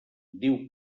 diu